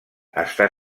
està